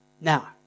Now